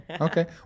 Okay